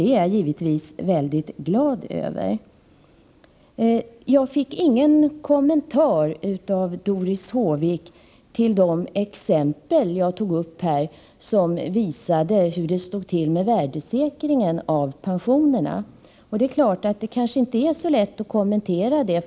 Det är jag givetvis väldigt glad över. Doris Håvik kommenterade inte de exempel som jag här tagit upp och som visade hur det stod till med värdesäkringen av pensionerna. Det är klart att det kanske inte är så lätt att kommentera det.